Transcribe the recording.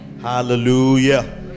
Hallelujah